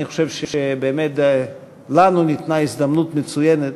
אני חושב שבאמת ניתנה לנו הזדמנות מצוינת